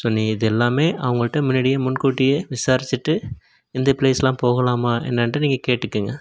so நீங்கள் இது எல்லாமே அவங்கள்ட்ட முன்னாடியே முன்கூட்டியே விசாரித்துட்டு இந்த பிளேஸ்யெலாம் போகலாமா என்னென்ட்டு நீங்கள் கேட்டுக்கோங்க